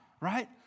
right